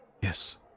Yes